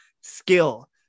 skill